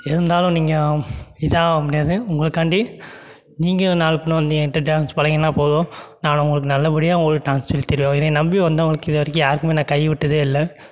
இருந்தாலும் நீங்கள் இதாக ஆக முடியாது உங்களுக்காண்டி நீங்கள் நாளைப் பின்னே வந்து என் கிட்டே டான்ஸ் பழகினா போதும் நான் உங்களுக்கு நல்ல படியாக உங்களுக்கு டான்ஸ் சொல்லித் தருவேன் என்னை நம்பி வந்தவர்களுக்கு இது வரைக்கும் யாருக்குமே நான் கை விட்டதே இல்லை